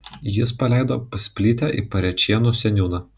jis paleido pusplytę į parėčėnų seniūną